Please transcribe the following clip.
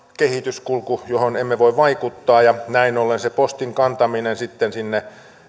kehityskulku johon emme voi vaikuttaa ja näin ollen se postin kantaminen sitten sinne